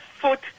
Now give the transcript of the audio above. foot